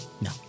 No